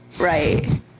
right